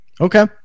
Okay